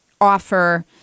offer